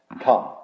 Come